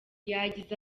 yagize